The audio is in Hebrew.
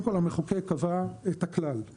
המחוקק קבע את הכלל,